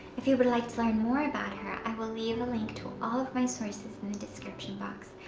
if you would like to learn more about her i will leave a link to all of my sources in the description box,